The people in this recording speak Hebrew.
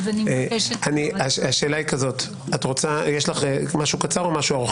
אם יש לך משהו ארוך